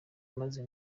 maze